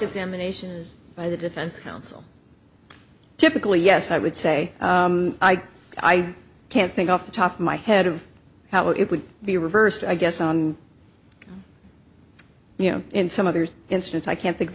examination by the defense counsel typically yes i would say i can't think off the top of my head of how it would be reversed i guess on you know in some others instance i can't think of